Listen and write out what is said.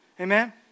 Amen